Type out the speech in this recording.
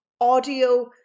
Audio